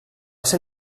ser